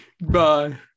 Bye